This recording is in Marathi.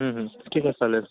ठीक आहे चालेल